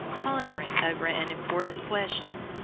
pondering over an important question,